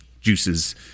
juices